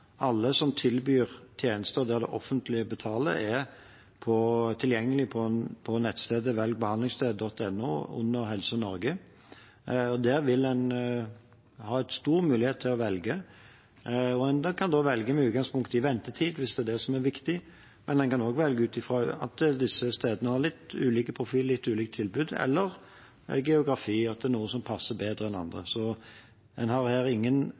Alle som tilbyr tjenester der det offentlige betaler, er tilgjengelige på nettstedet velgbehandlingssted.no under helsenorge.no. Der vil en ha stor mulighet til å velge. En kan da velge med utgangspunkt i ventetid, hvis det er det som er viktig, men en kan også velge ut fra at disse stedene har litt ulik profil, litt ulikt tilbud, eller ut fra geografi, at det er noen som passer bedre enn andre. Det er ingen som stiller spørsmål ved hvorfor en